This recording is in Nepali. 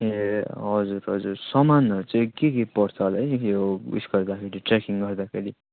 ए हजुर हजुर सामानहरू चाहिँ के के पर्छ होला है यो उयस गर्दाखेरि ट्रेकिङ गर्दाखेरि